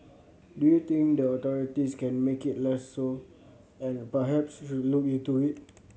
do you think the authorities can make it less so and perhaps should look into it